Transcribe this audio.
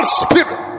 spirit